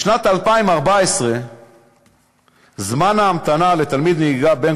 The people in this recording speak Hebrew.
בשנת 2014 זמן ההמתנה לתלמיד נהיגה בין